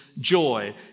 joy